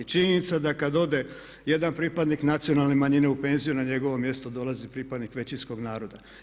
Činjenica da kada ode jedan pripadnik nacionalne manjine u penziju na njegovo mjesto dolazi pripadnik većinskog naroda.